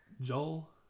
Joel